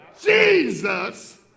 Jesus